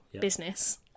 business